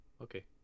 Okay